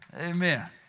Amen